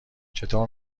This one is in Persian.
چطور